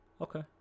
okay